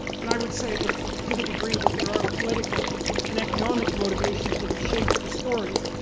and i would say that to the degree that there are political and economic motivations that have shaped the stories,